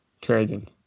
trading